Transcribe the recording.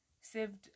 saved